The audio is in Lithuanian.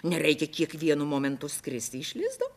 nereikia kiekvienu momentu skristi iš lizdo